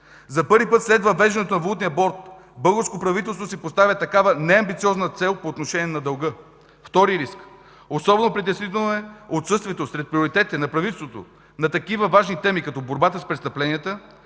За първи път след въвеждането на Валутния борд българско правителство си поставя такава неамбициозна цел по отношение на дълга. Втори риск: Особено притеснително е отсъствието сред приоритетите на правителството на такива важни теми като борбата с престъпленията,